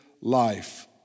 life